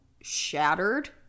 shattered